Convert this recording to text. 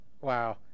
Wow